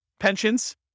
Pensions